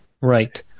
Right